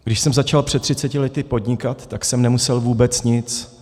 Když jsem začal před třiceti lety podnikat, tak jsem nemusel vůbec nic.